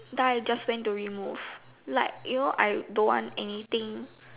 then I just went to remove like you know I don't want anything